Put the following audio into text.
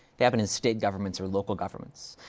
they happen in state governments or local governments.